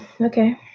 okay